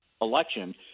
election